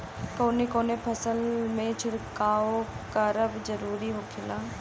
कवने कवने फसल में छिड़काव करब जरूरी होखेला?